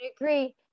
agree